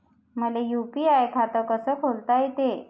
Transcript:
मले यू.पी.आय खातं कस खोलता येते?